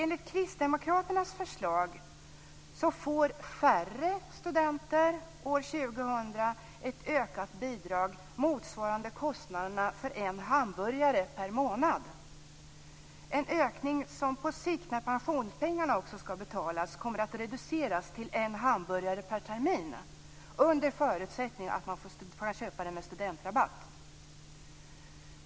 Enligt Kristdemokraternas förslag får färre studenter år 2000 ett ökat bidrag, motsvarande kostnaderna för en hamburgare per månad - en ökning som på sikt, när också pensionspengarna ska betalas, kommer att reduceras till en hamburgare per termin, under förutsättning att man kan köpa med studentrabatt.